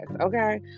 okay